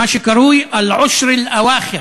מה שקרוי "אלעֻשר אל-אואח'ר",